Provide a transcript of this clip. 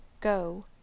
go